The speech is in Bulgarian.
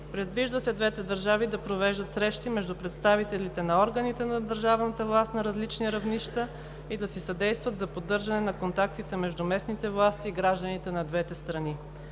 Предвижда се двете държави да провеждат срещи между представителите на органите на държавната власт на различни равнища и да си съдействат за поддържане на контактите между местните власти и гражданите на двете страни.